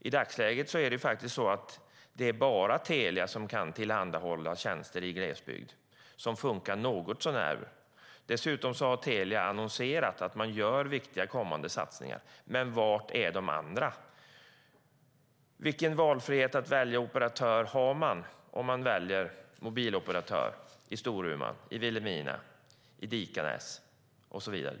I dagsläget kan bara Telia tillhandahålla tjänster som fungerar något så när bra i glesbygd. Dessutom har Telia annonserat att de kommer att göra viktiga satsningar, men var finns de andra? Vilken valfrihet att välja operatör har man när man väljer mobiloperatör i Storuman, Vilhelmina, Dikanäs och så vidare?